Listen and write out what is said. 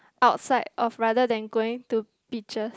outside or rather than going to picture